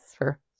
Sure